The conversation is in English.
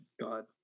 God